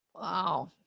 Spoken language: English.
Wow